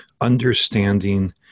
understanding